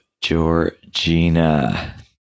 Georgina